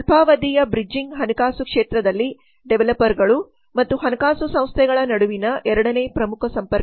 ಅಲ್ಪಾವಧಿಯ ಬ್ರಿಡ್ಜಿಂಗ್ ಹಣಕಾಸು ಕ್ಷೇತ್ರದಲ್ಲಿ ಡೆವಲಪರ್ಗಳು ಮತ್ತು ಹಣಕಾಸು ಸಂಸ್ಥೆಗಳ ನಡುವಿನ ಎರಡನೇ ಪ್ರಮುಖ ಸಂಪರ್ಕ